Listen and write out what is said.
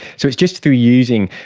so it's just through using